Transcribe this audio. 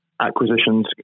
acquisitions